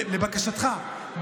לבקשתך,